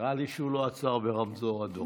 נראה לי שהוא לא עצר ברמזור אדום.